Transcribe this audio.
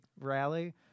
rally